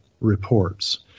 reports